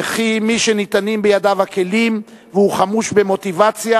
וכי מי שניתנים בידיו הכלים והוא חמוש במוטיבציה,